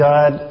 God